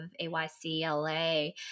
AYCLA